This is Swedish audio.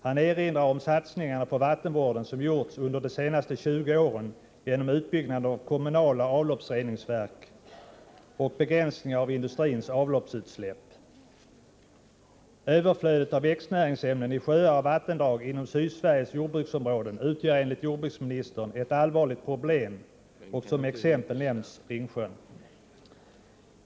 Han erinrar om de satsningar på vattenvården som gjorts under de senaste 20 åren genom utbyggnaden av kommunala avloppsreningsverk och begränsningar av industrins avloppsutsläpp. Överflödet av växtnäringsämnen i sjöar och vattendrag inom Sydsveriges jordbruksområden utgör enligt jordbruksministern ett allvarligt problem och som exempel nämns Ringsjön.